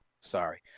Sorry